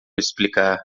explicar